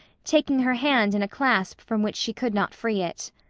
taking her hand in a clasp from which she could not free it.